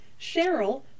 Cheryl